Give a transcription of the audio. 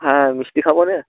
হ্যাঁ মিষ্টি খাব না